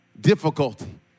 Difficulty